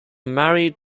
married